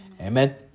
Amen